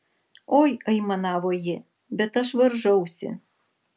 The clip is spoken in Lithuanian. oi aimanavo ji bet aš varžausi